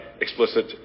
explicit